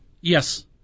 Yes